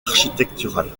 architecturales